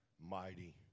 mighty